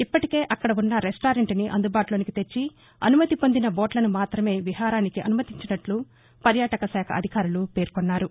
ఇప్పటికే అక్కడవున్న రెస్టారెంట్ని అందుబాటులోనికి తెచ్చి అనుమతి పొందిన బోట్లను మాత్రమే విహారానికి అనుమతించినట్లు పర్యాటక శాఖ అధికారులు పేర్కొన్నారు